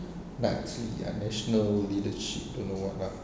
that's the national leadership don't know what lah